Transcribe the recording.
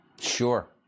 Sure